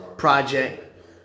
Project